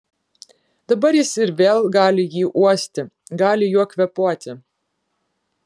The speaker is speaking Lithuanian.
dabar jis ir vėl gali jį uosti gali juo kvėpuoti